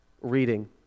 reading